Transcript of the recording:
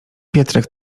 pietrek